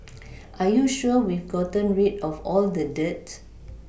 are you sure we've gotten rid of all the dirt